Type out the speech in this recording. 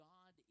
God